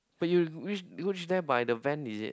but you reach reach there by the van is it